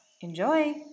Enjoy